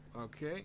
Okay